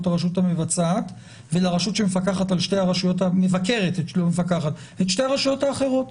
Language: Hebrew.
הרשות המבצעת ולרשות שמבקרת את שתי הרשויות האחרות.